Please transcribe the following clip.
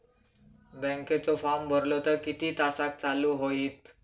बँकेचो फार्म भरलो तर किती तासाक चालू होईत?